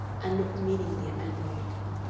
and looked meaningly at ann veronica.